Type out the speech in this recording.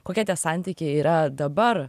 kokie tie santykiai yra dabar